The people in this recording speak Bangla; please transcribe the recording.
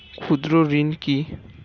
ক্ষুদ্র ঋণ কি?